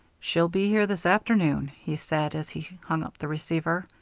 she'll be here this afternoon, he said as he hung up the receiver.